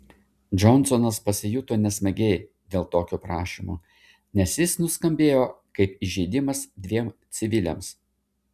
džonsonas pasijuto nesmagiai dėl tokio prašymo nes jis nuskambėjo kaip įžeidimas dviem civiliams